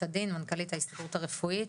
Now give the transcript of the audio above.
מנכ"לית ההסתדרות הרפואית,